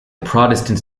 protestants